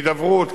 בהידברות,